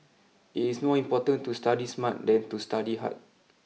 it is more important to study smart than to study hard